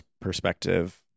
perspective